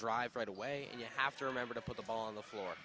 drive right away and you have to remember to put the ball on the floor